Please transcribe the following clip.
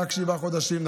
רק שבעה חודשים.